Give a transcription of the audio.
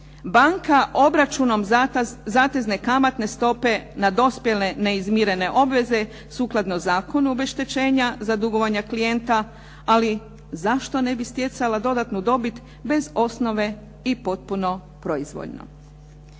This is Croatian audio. banka obračunom zatezne kamatne stope na dospjele neizmirene obveze sukladno zakonu obeštećenja za dugovanja klijenta. Ali zašto ne bi stjecala dodatnu dobit bez osnove i potpuno proizvoljno?